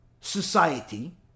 society